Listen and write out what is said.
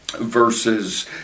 verses